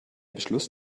beschluss